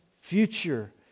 future